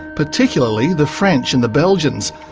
particularly the french and the belgians,